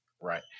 Right